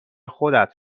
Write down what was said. خودت